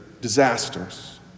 disasters